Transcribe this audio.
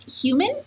human